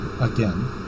again